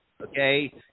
Okay